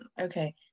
okay